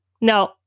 No